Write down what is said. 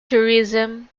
tourism